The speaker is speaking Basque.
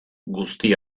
guzti